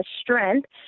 strength